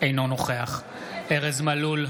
אינו נוכח ארז מלול,